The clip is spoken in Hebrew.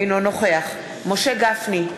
אינו נוכח משה גפני,